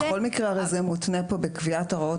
בכל מקרה הרי זה מותנה פה בקביעת הוראות